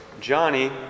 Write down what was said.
Johnny